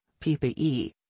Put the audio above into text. PPE